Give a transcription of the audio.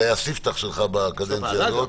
זה היה הספתח שלך בקדנציה הזאת.